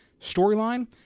storyline